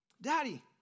Daddy